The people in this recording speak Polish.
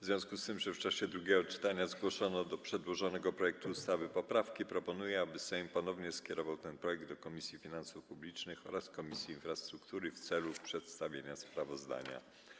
W związku z tym, że w czasie drugiego czytania zgłoszono do przedłożonego projektu ustawy poprawki, proponuję, aby Sejm ponownie skierował ten projekt do Komisji Finansów Publicznych oraz Komisji Infrastruktury w celu przedstawienia sprawozdania.